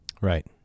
Right